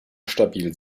stabil